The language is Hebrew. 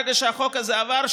ברגע שהחוק הזה עובר,